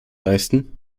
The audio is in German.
leisten